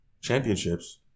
championships